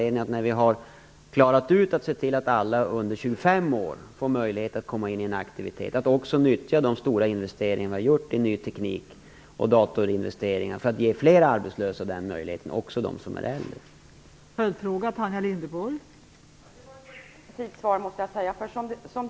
När vi har sett till att alla under 25 år fått möjlighet att delta i en aktivitet tror jag att det finns anledning att också nyttja de stora investeringar som har gjorts i form av ny teknik och datorer till att ge fler arbetslösa, också dem som är äldre, denna möjlighet.